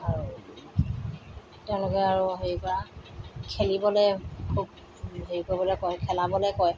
আৰু তেওঁলোকে আৰু হেৰি কৰা খেলিবলৈ খুব হেৰি কৰিবলৈ কয় খেলাবলৈ কয়